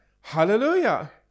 Hallelujah